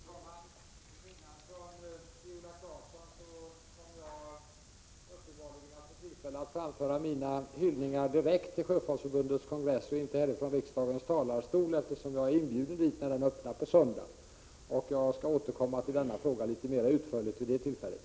Fru talman! Till skillnad från Viola Claesson kommer jag uppenbarligen att få tillfälle att framföra mina hyllningar till Sjöfolksförbundets kongress direkt och inte från riksdagens talarstol, eftersom jag är inbjuden dit när kongressen öppnas på söndag. Jag skall återkomma till denna fråga något mera utförligt vid det tillfället.